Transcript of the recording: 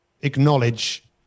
acknowledge